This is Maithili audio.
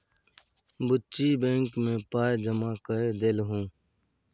बुच्ची बैंक मे पाय जमा कए देलहुँ